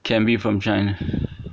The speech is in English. can be from china